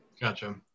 Gotcha